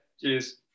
Cheers